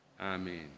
Amen